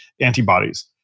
antibodies